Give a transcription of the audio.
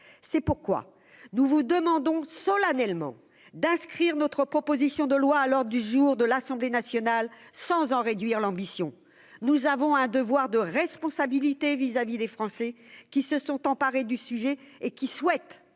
c'est pourquoi nous vous demandons solennellement d'inscrire notre proposition de loi à l'ordre du jour de l'Assemblée nationale, sans en réduire l'ambition, nous avons un devoir de responsabilité vis-à-vis des Français qui se sont emparés du sujet et qui souhaite